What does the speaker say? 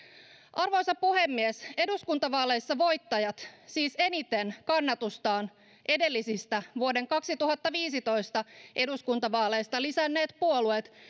arvoisa puhemies eduskuntavaaleissa voittajat siis eniten kannatustaan edellisistä vuoden kaksituhattaviisitoista eduskuntavaaleista lisänneet puolueet